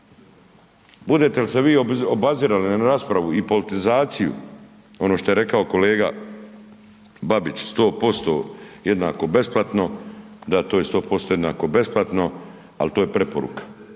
Budete li se vi obazirali na raspravu i politizaciju, ono što je rekao kolega Babić 100% jednako besplatno, da to je 100% jednako besplatno ali to je preporuka,